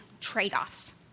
trade-offs